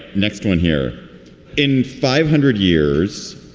next one here in five hundred years,